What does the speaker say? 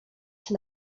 czy